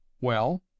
Well